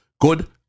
Good